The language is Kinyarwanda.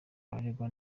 abaregwa